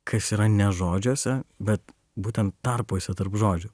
kas yra ne žodžiuose bet būtent tarpuose tarp žodžių